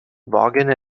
vaughan